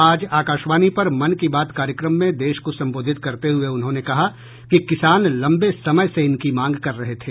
आज आकाशवाणी पर मन की बात कार्यक्रम में देश को संबोधित करते हुए उन्होंने कहा कि किसान लंबे समय से इनकी मांग कर रहे थे